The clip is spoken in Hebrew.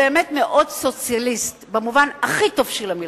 הוא באמת מאוד סוציאליסט במובן הכי טוב של המלה,